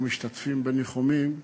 ומשתתפים בניחומים,